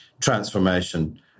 transformation